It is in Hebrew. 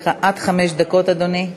חמש דקות, אדוני.